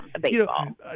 Baseball